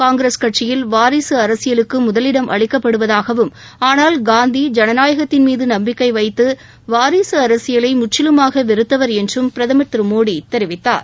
காங்கிரஸ் கட்சியில் வாரிசு அரசியலுக்கு முதலிடம் அளிக்கப்படுவதாகவும் ஆனால் காந்தி ஜனநாயகத்தின் மீது நம்பிக்கை வைத்து வாரிசு அரசியலை முற்றிலுமாக வெறுத்தவர் என்றும் பிரதமர் திரு மோடி தெரிவித்தார்